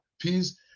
peace